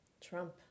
Trump